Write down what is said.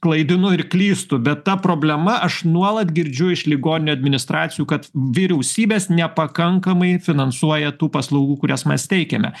klaidinu ir klystu bet ta problema aš nuolat girdžiu iš ligoninių administracijų kad vyriausybės nepakankamai finansuoja tų paslaugų kurias mes teikiame